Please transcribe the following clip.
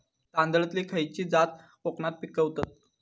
तांदलतली खयची जात कोकणात पिकवतत?